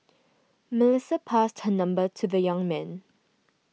Melissa passed her number to the young man